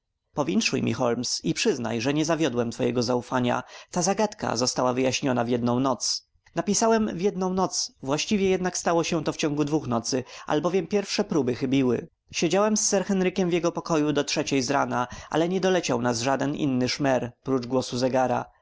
holmes i przyznaj że nie zawiodłem twego zaufania ta zagadka została wyjaśniona w jedną noc napisałem w jedną noc właściwie jednak stało się to w ciągu dwóch nocy albowiem pierwsze próby chybiły siedziałem z sir henrykiem w jego pokoju do trzeciej zrana ale nie doleciał nas żaden inny szmer oprócz głosu zegaru